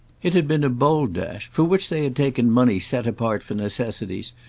it had been a bold dash, for which they had taken money set apart for necessities,